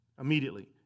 Immediately